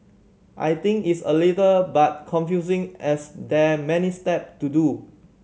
I think it's a little but confusing as there many step to do